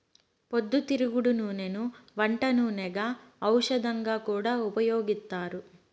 పొద్దుతిరుగుడు నూనెను వంట నూనెగా, ఔషధంగా కూడా ఉపయోగిత్తారు